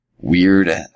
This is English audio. weird